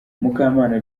mukamana